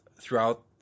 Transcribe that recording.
throughout